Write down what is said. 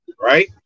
right